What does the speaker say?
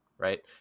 right